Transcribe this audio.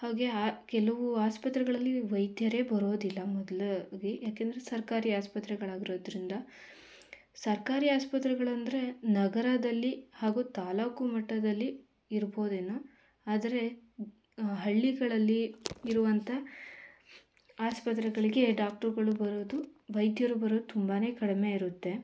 ಹಾಗೇ ಕೆಲವು ಆಸ್ಪತ್ರೆಗಳಲ್ಲಿ ವೈದ್ಯರೇ ಬರೋದಿಲ್ಲ ಮೊದ್ಲು ಆಗಿ ಯಾಕೆಂದರೆ ಸರ್ಕಾರಿ ಆಸ್ಪತ್ರೆಗಳಾಗಿರೋದರಿಂದ ಸರ್ಕಾರಿ ಆಸ್ಪತ್ರೆಗಳೆಂದರೆ ನಗರದಲ್ಲಿ ಹಾಗೂ ತಾಲ್ಲೂಕು ಮಟ್ಟದಲ್ಲಿ ಇರ್ಬೋದೇನೋ ಆದರೆ ಹಳ್ಳಿಗಳಲ್ಲಿ ಇರುವಂಥ ಆಸ್ಪತ್ರೆಗಳಿಗೆ ಡಾಕ್ಟ್ರುಗಳು ಬರೋದು ವೈದ್ಯರು ಬರೋದು ತುಂಬನೇ ಕಡಿಮೆ ಇರುತ್ತೆ